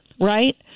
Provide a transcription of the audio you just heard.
Right